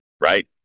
right